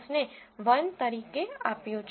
names ને 1 તરીકે આપ્યું છે